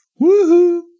Woohoo